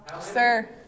Sir